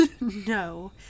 No